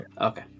okay